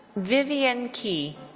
vivienne qie.